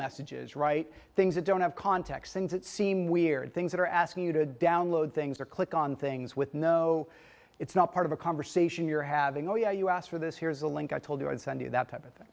messages write things that don't have context things that seem weird things that are asking you to download things or click on things with no it's not part of a conversation you're having oh yeah you asked for this here's a link i told you i'd send you that type of thing